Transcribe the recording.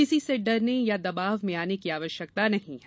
किसी से डरने या दवाब में आने की आवश्यकता नही है